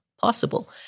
possible